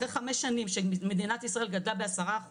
אחרי חמש שנים שמדינת ישראל גדלה ב-10%,